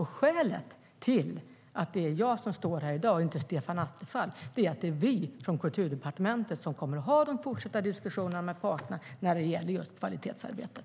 Skälet till att det är jag som står här i dag och inte Stefan Attefall är att det är vi på Kulturdepartementet som kommer att ha de fortsatta diskussionerna med parterna när det gäller just kvalitetsarbetet.